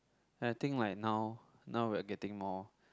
I think like now now we're getting more